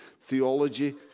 theology